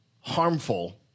harmful